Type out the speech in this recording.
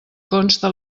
consta